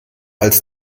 als